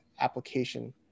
application